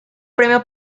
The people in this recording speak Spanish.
premio